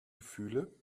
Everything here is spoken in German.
gefühle